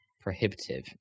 prohibitive